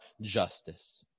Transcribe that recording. justice